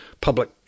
public